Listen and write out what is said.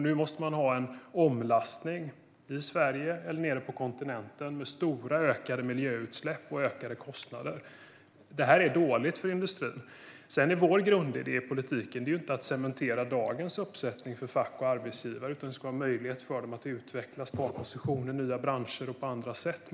Nu måste man göra en omlastning i Sverige eller nere på kontinenten, med stora ökade miljöutsläpp och ökade kostnader som följd. Detta är dåligt för industrin. Sedan är vår grundidé i politiken inte att cementera dagens uppsättning av fack och arbetsgivare, utan det ska vara möjligt för dem att utvecklas och ta position i nya branscher och på andra sätt.